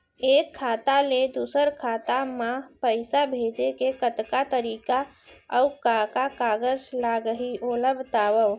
एक खाता ले दूसर खाता मा पइसा भेजे के कतका तरीका अऊ का का कागज लागही ओला बतावव?